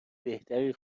بهتری